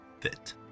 fit